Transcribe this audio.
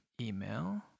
email